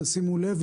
תשימו לב.